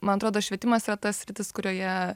man atrodo švietimas yra ta sritis kurioje